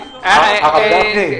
הרב גפני,